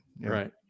Right